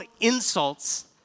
insults